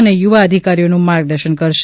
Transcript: અને યુવા અધિકારીઓનું માર્ગદર્શન કરશે